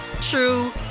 true